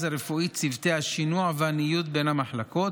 הרפואי צוותי השינוע והניוד בין המחלקות,